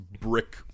brick